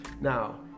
Now